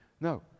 No